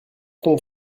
tombe